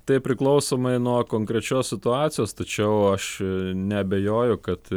tai priklausomai nuo konkrečios situacijos tačiau aš neabejoju kad